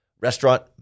restaurant